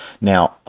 Now